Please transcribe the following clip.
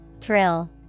Thrill